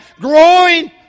growing